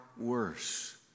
worse